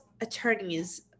attorneys